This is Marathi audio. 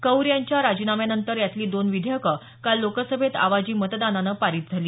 कौर यांच्या राजीमान्यानंतर यातली दोन विधेयकं काल लोकसभेत आवाजी मतदानानं पारित झाली